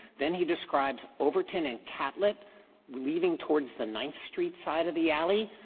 then he described overton and catlett leaving towards the ninth street side of the alley,